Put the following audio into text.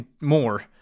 more